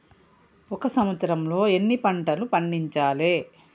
ఒక సంవత్సరంలో ఎన్ని పంటలు పండించాలే?